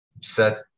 set